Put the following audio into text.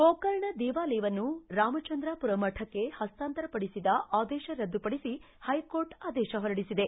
ಗೋಕರ್ಣ ದೇವಾಲಯವನ್ನು ರಾಮಚಂದ್ರಾವುರ ಮಠಕ್ಕೆ ಪಸ್ತಾಂತರ ಪಡಿಸಿದ ಆದೇಶ ರದ್ದುಪಡಿಸಿ ಹೈಕೋರ್ಟ್ ಆದೇಶ ಹೊರಡಿಸಿದೆ